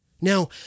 Now